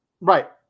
Right